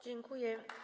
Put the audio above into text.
Dziękuję.